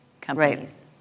companies